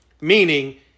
meaning